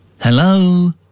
Hello